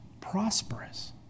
prosperous